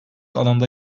alanda